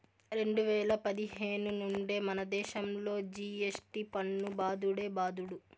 రెండు వేల పదిహేను నుండే మనదేశంలో జి.ఎస్.టి పన్ను బాదుడే బాదుడు